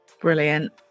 brilliant